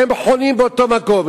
והם חונים באותו מקום.